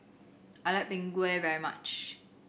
I like Png Kueh very much